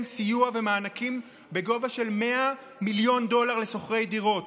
סיוע ומענקים בגובה 100 מיליון דולר לשוכרי דירות.